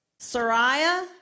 Sariah